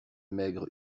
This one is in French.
maigre